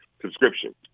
subscription